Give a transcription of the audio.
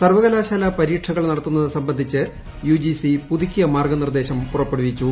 സർവ്വകലാശാല പരീക്ഷകൾ നടത്തുന്നത് സംബന്ധിച്ച് യുജിസി പുതുക്കിയ മാർഗ്ഗനിർദ്ദേശം പുറപ്പെടുവിച്ചു